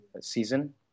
season